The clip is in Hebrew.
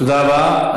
תודה רבה.